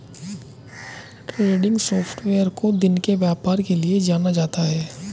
trending software को दिन के व्यापार के लिये जाना जाता है